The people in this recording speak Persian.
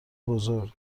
بزرگ